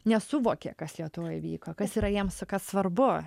nesuvokė kas lietuvoj vyko kas yra jiems svarbu